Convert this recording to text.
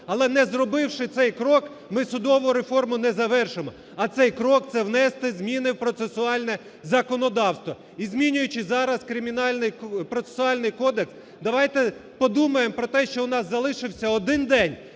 Але не зробивши цей крок, ми судову реформу не завершимо, а цей крок – це внести зміни в процесуальне законодавство. І, змінюючи зараз Процесуальний кодекс, давайте подумаємо про те, що у нас залишився один день